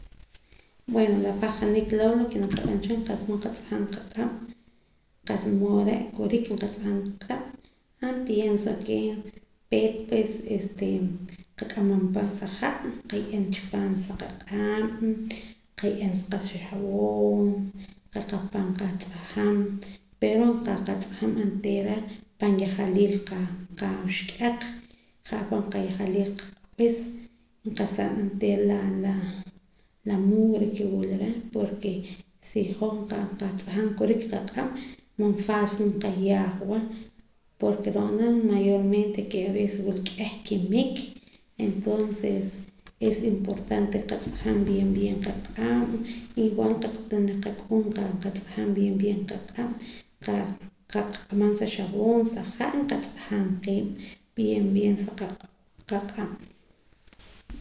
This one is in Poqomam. Bueno la pahqaniik loo' lo ke naak aqa'aram cha han qa'sa mood nqatz'ajam qaq'ab' qa'sa mood re' kurik nqatz'ajam qaq'ab' han pienso ke peet pues este nqak'amam pa sa ha' nqaye'em chi paam sa qaq'ab' nqaye'em sa qaxab'oon nqaqapam nqatz'ajam pero nqatz'ajam onteera pan yajaliil qawuxk'iaq ja'ar pan yajalil qaq'ab'is nqasam ala onteera la la mugre ke wula reh porke si hoj nqatz'ajam kurik qaq'ab' man facil ta nqayaajwa porke ro'na mayormente ke wula k'ieh kimik entonces es importante nqatz'ajam bien bien qaq'ab' igual nqak'utum reh qak'uuun nqatz'ajam bien bien qaq'ab' nqak'amam sa xab'oon sa ha' y nqatz'ajam qiib' bien bien sa qaq'ab'